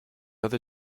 other